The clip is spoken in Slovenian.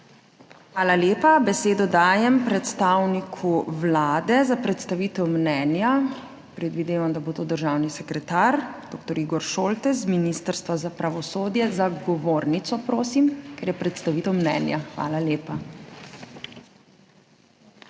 Hvala lepa. Besedo dajem predstavniku Vlade za predstavitev mnenja. Predvidevam, da bo to državni sekretar dr. Igor Šoltes z Ministrstva za pravosodje. Za govornico, prosim, ker je predstavitev mnenja. Hvala lepa.